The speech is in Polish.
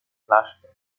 klasztor